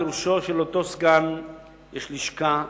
פירוש הדבר שלאותו סגן יש לשכה,